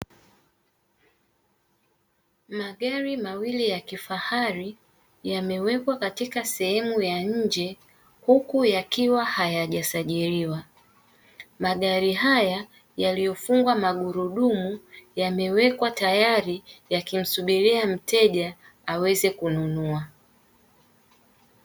Magari mawili ya kifahari yamewekwa katika sehemu ya nje huku yakiwa hayajasajiliwa. Magari haya yaliyofungwa magurudumu yamewekwa tayari yakimsubiria mteja aweze kununua.